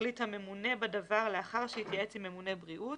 יחליט הממונה בדבר לאחר שהתייעץ עם - ממונה בריאות